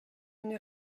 une